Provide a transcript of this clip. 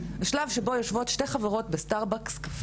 בשלב שבו יושבות שתי חברות בסטארבקס-קפה,